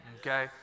Okay